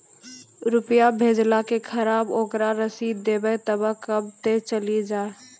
रुपिया भेजाला के खराब ओकरा रसीद देबे तबे कब ते चली जा?